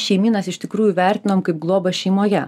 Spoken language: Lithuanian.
šeimynas iš tikrųjų vertinam kaip globą šeimoje